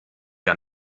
gar